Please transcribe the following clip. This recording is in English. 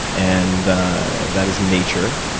and that is nature.